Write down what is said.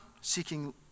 seeking